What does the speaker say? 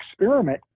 experiment